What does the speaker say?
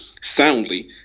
soundly